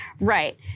Right